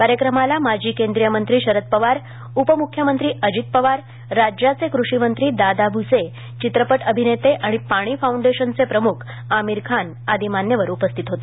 कार्यक्रमाला माजी केंद्रीय मंत्री शरद पवार उपम्ख्यमंत्री अजित पवार राज्याचे कृषिमंत्री दादा भ्से चित्रपट अभिनेते आणि पाणी फाउंडेशनचे प्रम्ख आमिर खान आदी मान्यवर उपस्थित होते